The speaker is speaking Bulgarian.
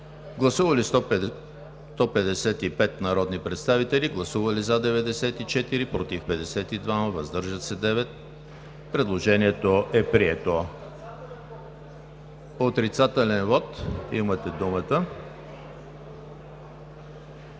Гласували 155 народни представители: за 94, против 52, въздържали се 9. Предложението е прието. Отрицателен вот – имате думата.